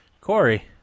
Corey